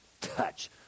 touch